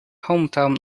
hometown